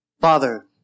Father